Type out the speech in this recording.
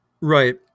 Right